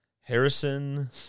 Harrison